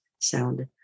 sound